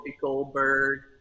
Goldberg